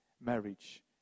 marriage